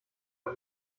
der